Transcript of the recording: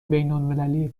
بینالمللی